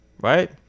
right